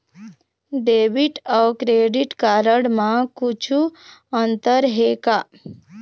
Debit अऊ credit card म कुछू अंतर हे का?